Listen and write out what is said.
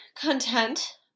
content